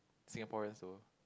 Singaporean so